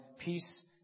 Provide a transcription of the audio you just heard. peace